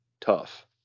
tough